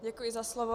Děkuji za slovo.